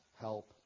help